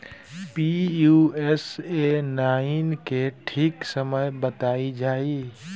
Pusa nine के ठीक समय बताई जाई?